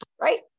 Right